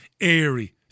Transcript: airy